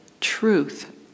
truth